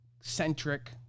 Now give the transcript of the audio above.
centric